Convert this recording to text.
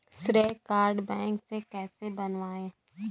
श्रेय card bank से कैसे बनवाएं?